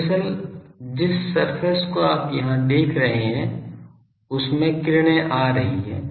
दरअसल जिस सरफेस को आप यहां देख रहे हैं उसमें किरणें आ रही हैं